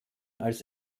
als